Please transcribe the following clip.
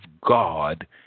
God